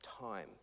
time